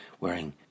wearing